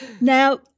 Now